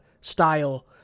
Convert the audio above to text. style